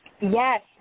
Yes